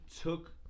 took